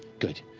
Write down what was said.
good,